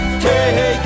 take